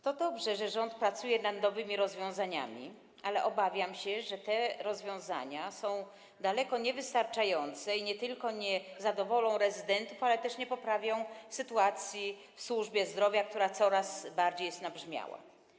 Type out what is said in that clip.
To dobrze, że rząd pracuje nad nowymi rozwiązaniami, ale obawiam się, że te rozwiązania są daleko niewystarczające i nie tylko nie zadowolą rezydentów, ale też nie poprawią sytuacji w służbie zdrowia, która jest coraz bardziej nabrzmiała.